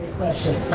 question,